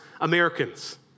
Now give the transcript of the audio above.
Americans